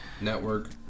network